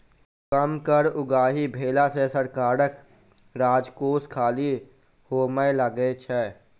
कम कर उगाही भेला सॅ सरकारक राजकोष खाली होमय लगै छै